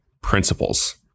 principles